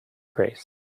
grace